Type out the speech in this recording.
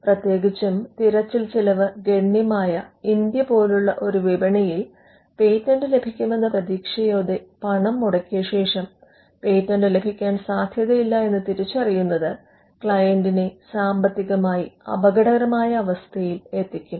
പ്രത്യേകിച്ചും തിരച്ചിൽ ചിലവ് ഗണ്യമായ ഇന്ത്യ പോലുള്ള ഒരു വിപണിയിൽ പേറ്റന്റ് ലഭിക്കും എന്ന പ്രതീക്ഷയോടെ പണം മുടക്കിയ ശേഷം പേറ്റന്റ് ലഭിക്കാൻ സാധ്യതയില്ല എന്ന തിരിച്ചറിയുന്നത് ക്ലയന്റിനെ സാമ്പത്തികമായി അപകടകരമായ അവസ്ഥയിൽ എത്തിക്കും